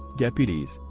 deputies,